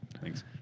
Thanks